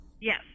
Yes